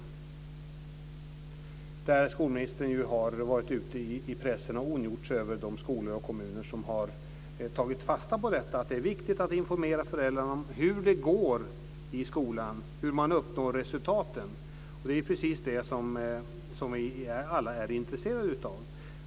I det sammanhanget har skolministern varit ute i pressen och ondgjort sig över de skolor och kommuner som har tagit fasta på att det är viktigt att informera föräldrarna om hur det går i skolan, hur man uppnår resultaten. Det är precis det som vi alla här är intresserade av.